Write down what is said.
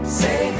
say